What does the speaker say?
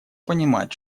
понимать